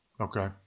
Okay